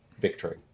victory